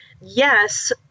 yes